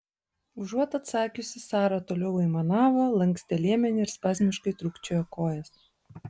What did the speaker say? užuot atsakiusi sara toliau aimanavo lankstė liemenį ir spazmiškai trūkčiojo kojas